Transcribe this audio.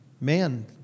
Man